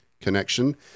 connection